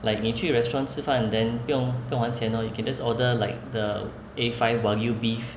like 你去 restaurants 吃饭 then 不用不用还钱 lor you can just order like the A five wagyu beef